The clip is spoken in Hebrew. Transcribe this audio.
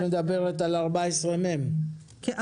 את מדברת על סעיף 14מ. כן.